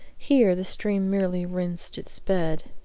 here the stream merely rinsed its bed,